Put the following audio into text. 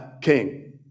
King